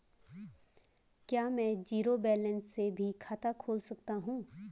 क्या में zero balance से भी खाता खोल सकता हूँ?